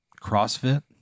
CrossFit